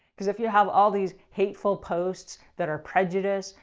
because if you have all these hateful posts that are prejudice,